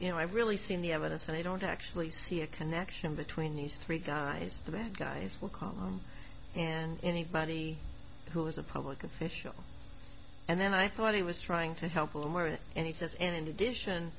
you know i've really seen the evidence and i don't actually see a connection between these three guys the bad guys will call and anybody who is a public official and then i thought he was trying to help them or it and he says and addition